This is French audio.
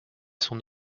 son